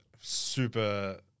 super